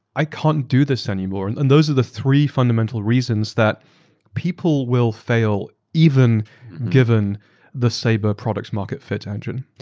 i can't do this anymore. a and and those are the three fundamental reasons that people will fail even given the sabr product market fit engine.